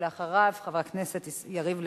חבר הכנסת יואל חסון,